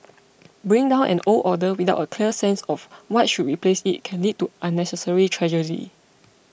bringing down an old order without a clear sense of what should replace it can lead to unnecessary tragedy